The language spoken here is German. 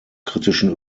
kritischen